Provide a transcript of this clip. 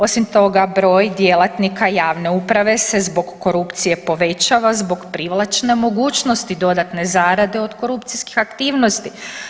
Osim toga broj djelatnika javne uprave se zbog korupcije povećava zbog privlačne mogućnosti dodatne zarade od korupcijskih aktivnosti.